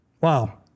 wow